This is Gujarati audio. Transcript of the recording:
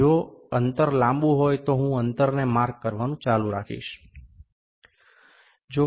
જો અંતર લાંબું હોય તો હું અંતરને માર્ક કરવાનું ચાલુ રાખી શકું છું